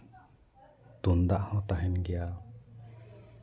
ᱛᱩᱢᱫᱟᱜ ᱦᱚᱸ ᱛᱟᱦᱮᱱ ᱜᱮᱭᱟ